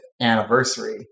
anniversary